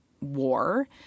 war